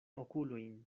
okulojn